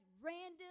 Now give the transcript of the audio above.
random